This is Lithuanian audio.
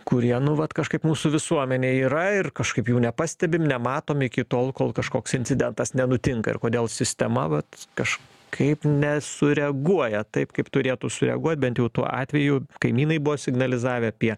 kurie nu vat kažkaip mūsų visuomenėj yra ir kažkaip jų nepastebim nematom iki tol kol kažkoks incidentas nenutinka ir kodėl sistema vat kažkaip nesureaguoja taip kaip turėtų sureaguot bent jau tuo atveju kaimynai buvo signalizavę apie